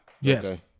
yes